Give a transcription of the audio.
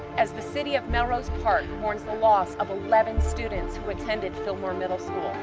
as the city of melrose park mourns the loss of eleven students who attended philmore middle school.